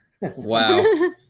Wow